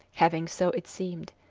having, so it seemed,